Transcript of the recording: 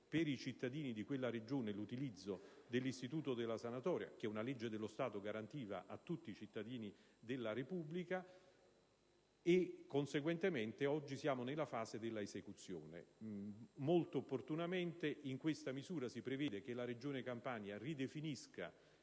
per i cittadini di quella Regione l'utilizzo dell'istituto della sanatoria che una legge dello Stato garantiva a tutti i cittadini della Repubblica. Conseguentemente, oggi siamo nella fase dell'esecuzione. Molto opportunamente in questa misura si prevede che la Regione Campania ridefinisca